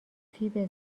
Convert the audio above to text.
فیبز